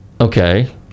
Okay